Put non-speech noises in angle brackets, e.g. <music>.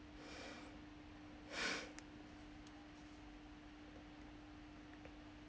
<breath>